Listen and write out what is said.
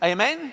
Amen